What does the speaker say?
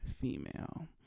female